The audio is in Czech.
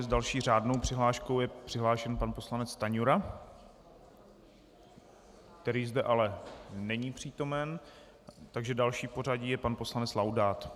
S další řádnou přihláškou je přihlášen pan poslanec Stanjura, který zde ale není přítomen, takže dalším v pořadí je pan poslanec Laudát.